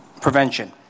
prevention